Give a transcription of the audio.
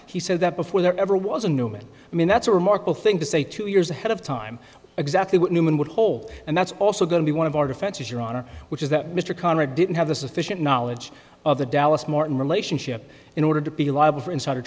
he said that before there ever was a newman i mean that's a remarkable thing to say two years ahead of time exactly what newman would hold and that's also going to be one of our defenses your honor which is that mr connor didn't have the sufficient knowledge of the dallas martin relationship in order to be liable for insider